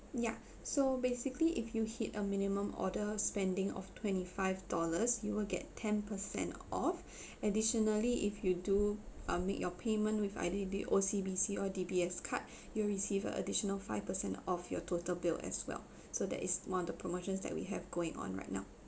ya so basically if you hit a minimum order spending of twenty five dollars you will get ten percent off additionally if you do uh make your payment with either the O_C_B_C or D_B_S card you'll receive a additional five percent off your total bill as well so that is one of the promotions that we have going on right now